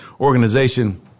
organization